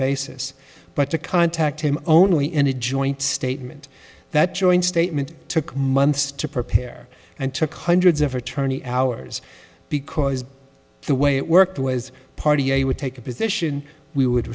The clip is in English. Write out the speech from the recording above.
basis but to contact him only in a joint statement that joint statement took months to prepare and took hundreds of attorney hours because the way it worked was party a would take a position we would